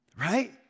Right